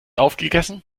aufgegessen